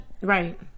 right